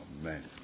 Amen